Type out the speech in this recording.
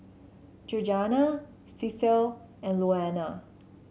Georganna Cecil and Louanna